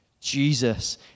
Jesus